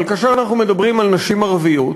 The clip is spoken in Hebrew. אבל כאשר אנחנו מדברים על נשים ערביות,